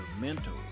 mental